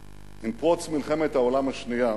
עם פרוץ מלחמת העולם השנייה,